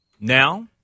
Now